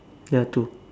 ya two